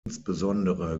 insbesondere